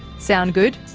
sound good?